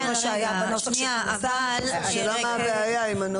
אני לא מבינה מה הבעיה עם הנוסח.